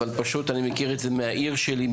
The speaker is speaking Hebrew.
פשוט אני מכיר את זה מהעיר שלי,